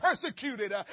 persecuted